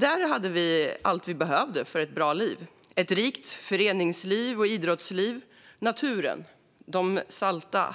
Där hade vi allt vi behövde för ett bra liv: ett rikt föreningsliv och idrottsliv, naturen, de salta